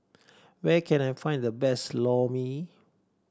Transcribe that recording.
where can I find the best Lor Mee